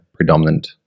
Predominant